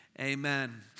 amen